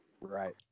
Right